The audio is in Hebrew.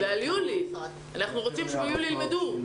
אנחנו רוצים שביולי ילמדו.